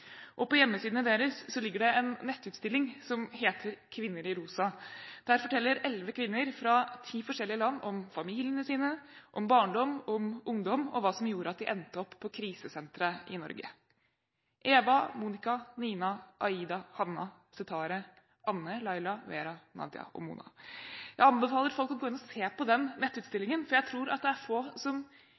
menneskehandel. På hjemmesidene deres ligger en nettutstilling som heter Kvinner i ROSA. Der forteller elleve kvinner fra ti forskjellige land om familiene sine, barndom, ungdom og hva som gjorde at de endte opp på krisesentre i Norge. Eva, Monica, Nina, Aida, Hanna, Setare, Anne, Laila, Vera, Nadia og Mona. Jeg anbefaler folk å gå inn og se på den nettutstillingen, for jeg tror det er få som